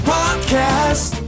podcast